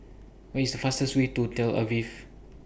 What IS The fastest Way to Tel Aviv